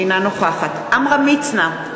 אינה נוכחת עמרם מצנע,